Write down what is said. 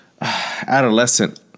adolescent